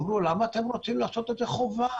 אמרו: למה אתם רוצים לעשות את זה חובה?